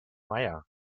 meier